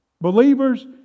Believers